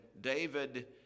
David